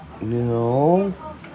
No